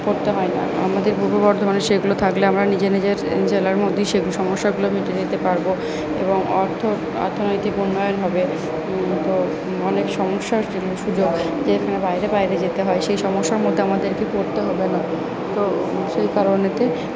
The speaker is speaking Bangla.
পড়তে হয় না আমাদের পূর্ব বর্ধমানে সেগুলো থাকলে আমরা নিজে নিজের জেলার মধ্যেই সে সমস্যাগুলো মিটে নিতে পারবো এবং অর্থ অর্থনৈতিক উন্নয়ন হবে তো অনেক সমস্যা সুযোগ যেখানে বাইরে বাইরে যেতে হয় সেই সমস্যার মধ্যে আমাদেরকে পড়তে হবে না তো সেই কারণেতে